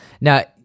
Now